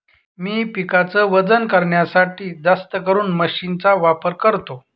मी पिकाच वजन करण्यासाठी जास्तकरून मशीन चा वापर करतो